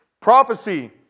Prophecy